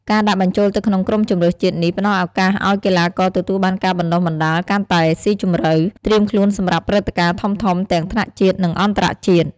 ការដាក់បញ្ចូលទៅក្នុងក្រុមជម្រើសជាតិនេះផ្ដល់ឱកាសឲ្យកីឡាករទទួលបានការបណ្តុះបណ្តាលកាន់តែស៊ីជម្រៅ ត្រៀមខ្លួនសម្រាប់ព្រឹត្តិការណ៍ធំៗទាំងថ្នាក់ជាតិ និងអន្តរជាតិ។